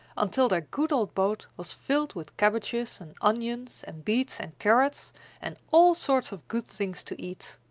until their good old boat was filled with cabbages and onions and beets and carrots and all sorts of good things to eat.